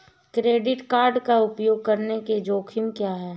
Credit card का उपयोग करने के जोखिम क्या हैं?